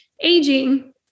aging